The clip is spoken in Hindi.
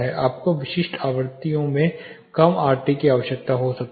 आपको विशिष्ट आवृत्तियों में कम आरटी की आवश्यकता हो सकती है